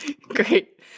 Great